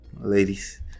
Ladies